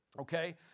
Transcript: Okay